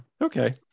Okay